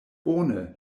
bone